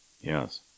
Yes